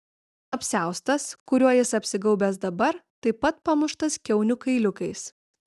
apsiaustas kuriuo jis apsigaubęs dabar taip pat pamuštas kiaunių kailiukais